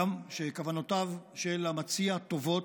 הגם שכוונותיו של המציע טובות,